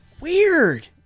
Weird